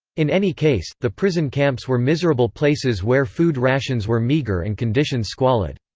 in any case, the prison camps were miserable places where food rations were meager and conditions squalid.